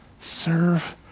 Serve